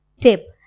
tip